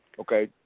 Okay